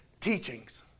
teachings